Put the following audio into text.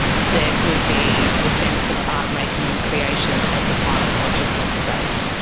there could be the sense of art making and creation as a biological space,